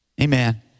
Amen